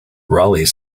raleigh